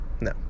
No